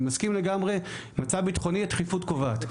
אני מסכים לגמרי, במצב ביטחוני הדחיפות קובעת.